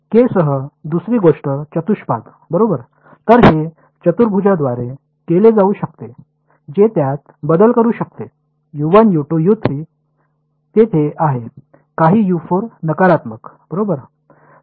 के सह दुसरी गोष्ट चतुष्पाद बरोबर तर हे चतुर्भुजांद्वारे केले जाऊ शकते जे त्यात बदल करू शकते तेथे आहे काही नकारात्मक बरोबर